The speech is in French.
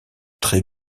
très